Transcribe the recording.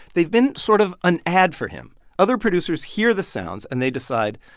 they've been sort of an ad for him. other producers hear the sounds. and they decide,